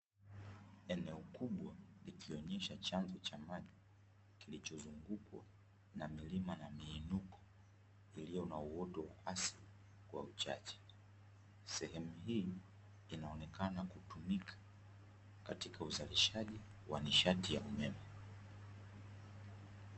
Eneo kubwa likionyesha chanzo cha maji kilichozungukwa na milima na miiniko iliyo na uoto wa asili kwa uchache. Sehemu hii inaonekana kutumika katika uzarishaji wa nishati ya umeme.